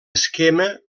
esquema